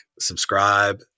subscribe